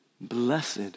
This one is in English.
Blessed